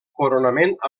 coronament